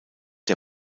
der